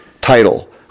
title